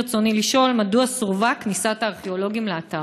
ברצוני לשאול: מדוע סורבה כניסת הארכיאולוגים לאתר?